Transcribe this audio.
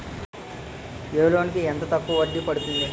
ఏ loan కి అతి తక్కువ వడ్డీ పడుతుంది?